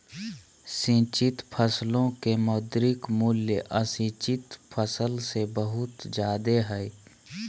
सिंचित फसलो के मौद्रिक मूल्य असिंचित फसल से बहुत जादे हय